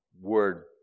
word